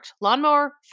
Lawnmower